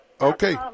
Okay